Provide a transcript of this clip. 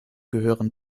gehörten